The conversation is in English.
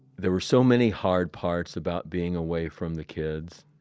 there were so many hard parts about being away from the kids,